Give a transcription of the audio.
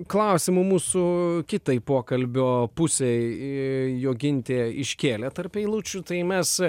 klausimų mūsų kitai pokalbio pusei į jogintė iškėlė tarp eilučių tai mes